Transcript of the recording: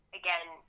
again